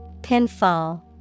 Pinfall